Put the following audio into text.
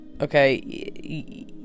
Okay